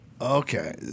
Okay